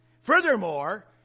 Furthermore